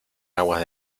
aguas